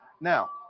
Now